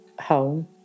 home